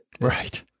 Right